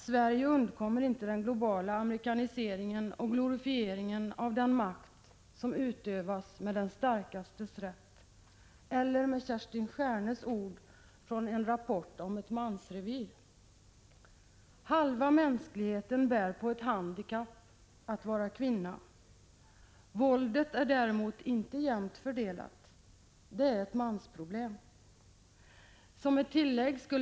Sverige undkommer inte den globala amerikaniseringen och glorifieringen när det gäller den makt som utövas med den rätt som tillkommer den starkaste — eller, för att använda Kerstin Stjärnes ord från en rapport om ett mansrevir: Halva mänskligheten bär på ett handikapp: att vara kvinna. Våldet är däremot inte jämnt fördelat. Det är ett mansproblem.